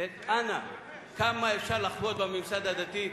אנא, כמה אפשר לחבוט בממסד הדתי?